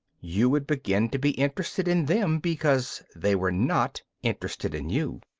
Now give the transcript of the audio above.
you would begin to be interested in them, because they were not interested in you.